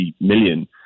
million